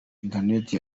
interineti